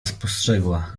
spostrzegła